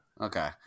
Okay